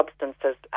substances